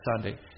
Sunday